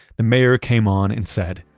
the mayor came on and said,